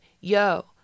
yo